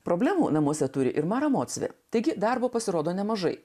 problemų namuose turi ir marą moksle taigi darbo pasirodo nemažai